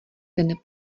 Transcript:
ten